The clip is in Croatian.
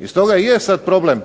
I stoga je sad problem